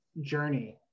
journey